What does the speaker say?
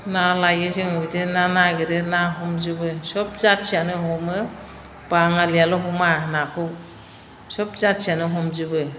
ना लायो जों बिदिनो ना नागिरो ना हमजोबो सब जाथियानो हमो बांङालियाल' हमा नाखौ सब जाथियानो हमजोबो